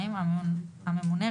דיני עבודה,